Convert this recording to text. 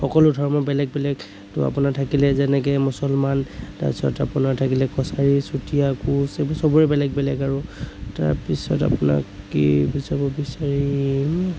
সকলো ধৰ্ম বেলেগ বেলেগ ত' আপোনাৰ থাকিলে যেনেকে মুছলমান তাৰপিছত আপোনাৰ থাকিলে কছাৰী চুতীয়া কোঁচ এইবোৰ চবৰে বেলেগ বেলেগ আৰু তাৰপিছত আপোনাৰ কি বুজাব বিচাৰিম